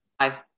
Hi